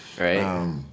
Right